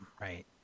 right